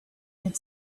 had